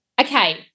Okay